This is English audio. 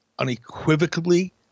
unequivocally